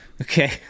Okay